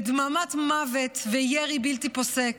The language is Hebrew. ודממת מוות וירי בלתי פוסק,